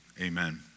Amen